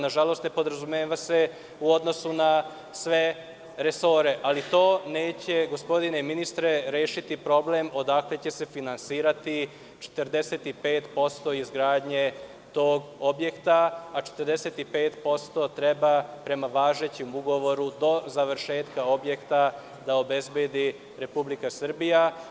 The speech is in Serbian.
Nažalost, ne podrazumeva se u odnosu na sve resore, ali to neće, gospodine ministre, rešiti problem odakle će se finansirati 45% izgradnje tog objekta, a 45% treba prema važećem ugovoru do završetka objekta da obezbedi Republika Srbija.